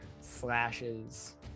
slashes